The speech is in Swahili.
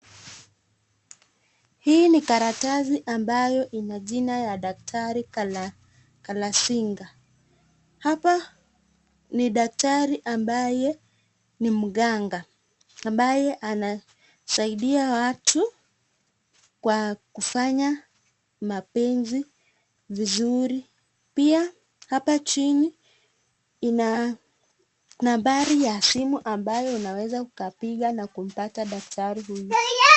Hii ni karatasi ambayo ina jina ya daktari Galazinga. Hapa ni daktari ambaye ni mganga ambaye anasaidia watu kwa kufanya mapenzi vizuri. Pia hapa jini ina nambari ya simu ambayo unaweza ukapiga na kupata daktari huyu.